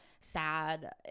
sad